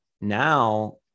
Now